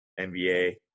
NBA